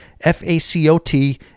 f-a-c-o-t